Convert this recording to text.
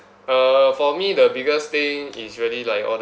uh for me the biggest thing is really like all the